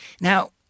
Now